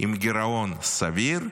עם גירעון סביר,